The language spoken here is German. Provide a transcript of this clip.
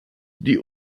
die